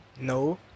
No